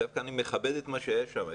אני מכבד את מה שהיה שם.